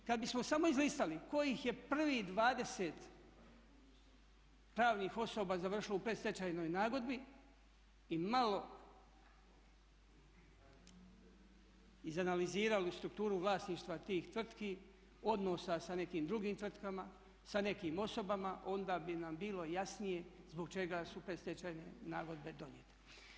A kada bismo samo izlistali kojih je prvih 20 pravnih osoba završilo u predstečajnoj nagodbi i malo izanalizirali strukturu vlasništva tih tvrtki, odnosa sa nekim drugim tvrtkama, sa nekim osobama onda bi nam bilo jasnije zbog čega su predstečajne nagodbe donijete.